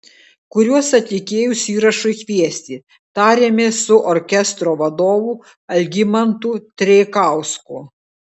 kuriuos atlikėjus įrašui kviesti tarėmės su orkestro vadovu algimantu treikausku